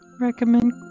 recommend